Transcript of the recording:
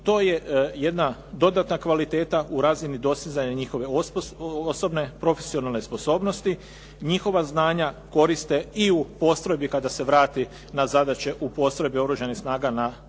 to je jedna dodatna kvaliteta u razini dostizanja njihove osobne profesionalne sposobnosti, njihova znanja koriste i u postrojbi kada se vrati na zadaće u postrojbi Oružanih snaga na